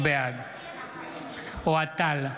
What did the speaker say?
בעד אוהד טל,